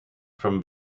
from